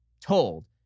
told